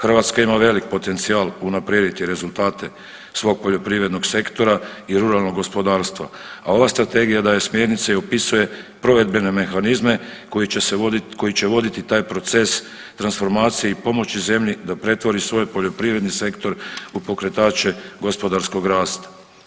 Hrvatska ima velik potencijal unaprijediti rezultate svog poljoprivrednog sektora i ruralnog gospodarstva, a ova strategija daje smjernice i opisuje provedbene mehanizme koji će voditi taj proces transformacije i pomoći zemlji da pretvori svoj poljoprivredni sektor u pokretače gospodarskog rasta.